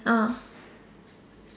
ah